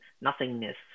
nothingness